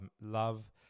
love